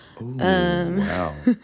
wow